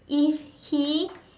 if he